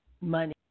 money